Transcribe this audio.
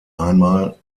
einmal